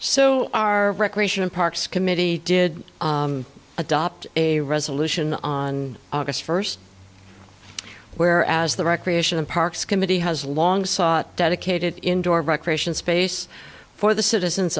so our recreation parks committee did adopt a resolution on august first where as the recreation and parks committee has long sought dedicated indoor recreation space for the citizens